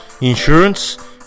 Insurance